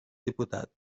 diputat